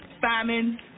famine